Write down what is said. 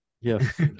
Yes